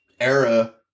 era